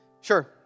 Sure